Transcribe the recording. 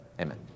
amen